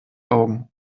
augen